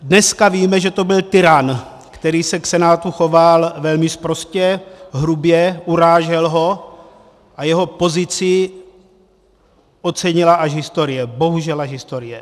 Dneska víme, že to byl tyran, který se k senátu choval velmi sprostě, hrubě, urážel ho, a jeho pozici ocenila až historie, bohužel až historie.